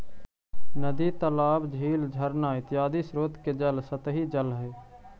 नदी तालाब, झील झरना इत्यादि स्रोत के जल सतही जल हई